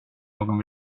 någon